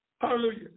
hallelujah